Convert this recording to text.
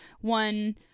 one